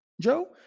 joe